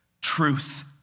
truth